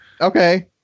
Okay